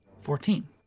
Fourteen